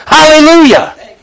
Hallelujah